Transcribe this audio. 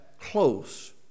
close